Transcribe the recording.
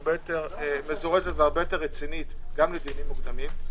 הרבה יותר מזורזת ועניינית גם בדיונים מוקדמים,